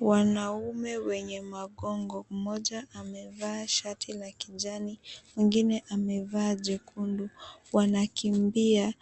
Wanaume wenye magongo, mmoja amevaa shati la kijani mwingine amevaa jekundu, wanakimbia